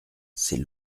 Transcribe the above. c’est